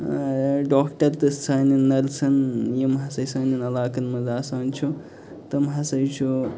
ٲں ڈاکَٹر تہٕ سانٮ۪ن نٔرسَن یِم ہسا سانٮ۪ن علاقَن منٛز آسان چھُ تِم ہسا چھُ